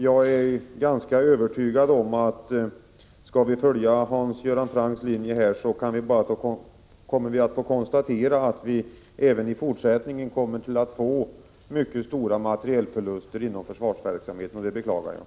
Jag är övertygad om att följer vi Hans Göran Francks linje här kommer vi även i fortsättningen att få mycket stora materielförluster inom försvarsverksamheten, och det beklagar jag.